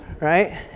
right